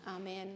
Amen